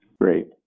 Great